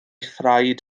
thraed